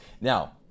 Now